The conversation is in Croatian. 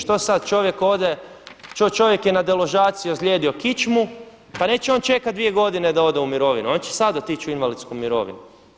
Što sada čovjek ovdje, čovjek je na deložaciji ozlijedio kičmu, pa neće on čekati 2 godine da ode u mirovinu, on će sada otići u invalidsku mirovinu.